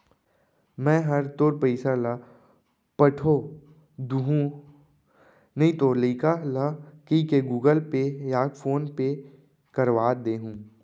मैं हर तोर पइसा ल पठो दुहूँ नइतो लइका ल कइके गूगल पे या फोन पे करवा दे हूँ